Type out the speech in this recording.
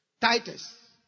Titus